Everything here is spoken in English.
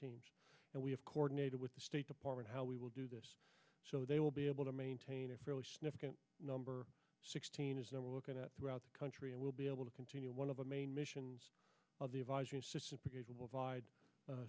teams and we have coordinated with the state department how we will do this so they will be able to maintain a fairly significant number sixteen is that we're looking at throughout the country and we'll be able to continue one of the main missions of the